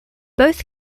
both